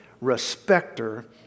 respecter